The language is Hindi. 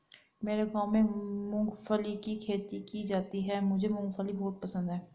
मेरे गांव में मूंगफली की खेती की जाती है मुझे मूंगफली बहुत पसंद है